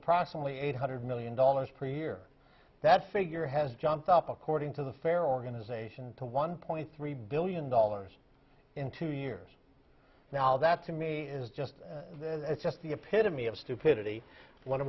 approximately eight hundred million dollars per year that figure has jumped up according to the fair organization to one point three billion dollars in two years now that to me is just it's just the epitome of stupidity what